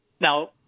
Now